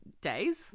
days